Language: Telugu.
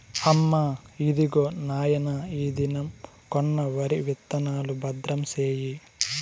అమ్మా, ఇదిగో నాయన ఈ దినం కొన్న వరి విత్తనాలు, భద్రం సేయి